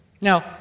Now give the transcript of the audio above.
Now